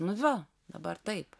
nu va dabar taip